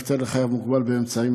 הפטר לחייב מוגבל באמצעים),